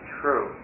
true